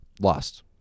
lost